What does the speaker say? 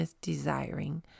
desiring